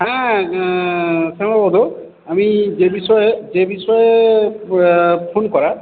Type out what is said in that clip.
হ্যাঁ শ্যামাপদ আমি যে বিষয়ে যে বিষয়ে ফোন করার